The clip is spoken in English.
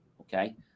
Okay